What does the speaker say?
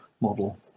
model